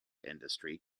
industry